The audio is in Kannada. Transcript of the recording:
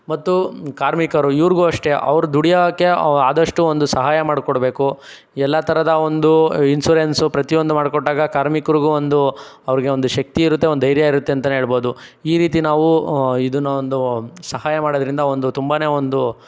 ಮತ್ತು ಕಾರ್ಮಿಕರು ಇವ್ರಿಗೂ ಅಷ್ಟೆ ಅವ್ರು ದುಡಿಯೋಕ್ಕೆ ಆದಷ್ಟು ಒಂದು ಸಹಾಯ ಮಾಡಿ ಕೊಡಬೇಕು ಎಲ್ಲ ಥರದ ಒಂದು ಇನ್ಶೂರೆನ್ಸ್ ಪ್ರತಿಯೊಂದು ಮಾಡಿಕೊಟ್ಟಾಗ ಕಾರ್ಮಿಕರಿಗೂ ಒಂದು ಅವ್ರಿಗೆ ಒಂದು ಶಕ್ತಿ ಇರುತ್ತೆ ಒಂದು ಧೈರ್ಯ ಇರುತ್ತೆ ಅಂತಲೇ ಹೇಳ್ಬೋದು ಈ ರೀತಿ ನಾವು ಇದನ್ನು ಒಂದು ಸಹಾಯ ಮಾಡೋದ್ರಿಂದ ಒಂದು ತುಂಬನೇ ಒಂದು